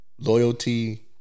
Loyalty